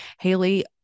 Haley